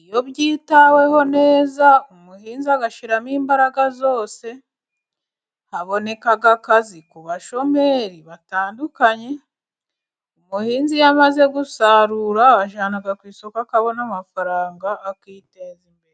iyo byitaweho neza umuhinzi agashyiramo imbaraga zose, haboneka akazi ku bashomeri batandukanye. Umuhinzi iyo amaze gusarura ajyana ku isoko akabona amafaranga akiteza imbere.